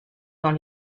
dans